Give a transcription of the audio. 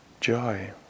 joy